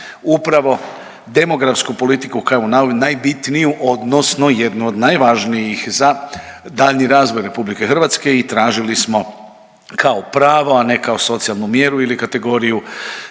upravo demografsku politiku kao najbitniju odnosno jednu od najvažnijih za daljnji razvoj RH i tražili smo kao pravo, a ne kao socijalnu mjeru ili kategoriju